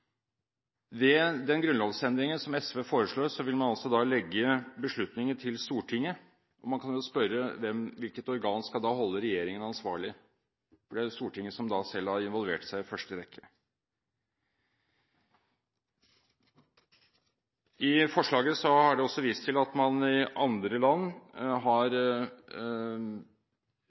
Ved den grunnlovsendringen som SV foreslår, vil man altså legge beslutninger til Stortinget. Man kan jo spørre: Hvilket organ skal da holde regjeringen ansvarlig? For da er det jo Stortinget som selv har involvert seg i første rekke. I forslaget har de også vist til at man i andre land har